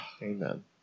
Amen